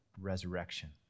resurrection